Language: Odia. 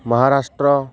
ମହାରାଷ୍ଟ୍ର